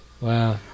Wow